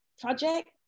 project